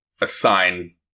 assign